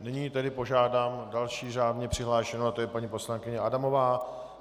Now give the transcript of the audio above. Nyní tedy požádám další řádně přihlášenou, to je paní poslankyně Adamová.